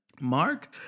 Mark